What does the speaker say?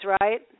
right